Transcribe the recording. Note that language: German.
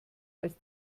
als